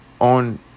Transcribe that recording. on